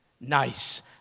nice